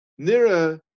Nira